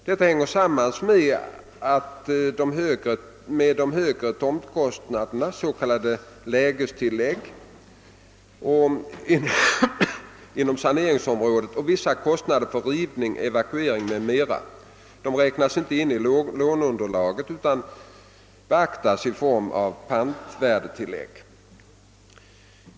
Detta hänger samman med att de högre tomtkostnaderna, s.k. lägestillägg, inom saneringsområden och vissa kostnader för rivning, evakuering m.m. inte räknas in i låneunderlaget utan beaktas i form av pantvärdetilllägg.